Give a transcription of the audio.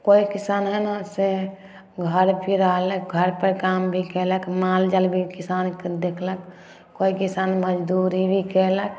कोइ किसान हइ ने से घर पे रहलक घरपर काम भी कएलक मालजाल भी किसानके देखलक कोइ किसान मजदूरी भी कएलक